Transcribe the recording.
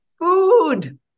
Food